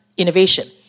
innovation